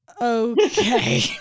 Okay